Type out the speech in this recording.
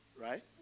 Right